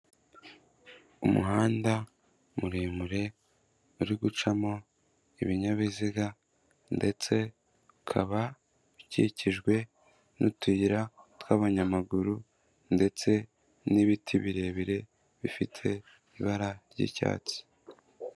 Umuhanda muremure uri gucamo ibinyabiziga ndetse ukaba ukikijwe n'utuyira tw'abanyamaguru ndetse n'ibiti birebire bifite ibara ry'icyatsi.